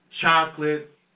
chocolate